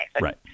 Right